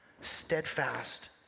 steadfast